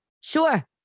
sure